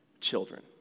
children